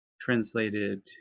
translated